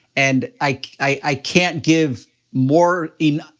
and i can't give more in,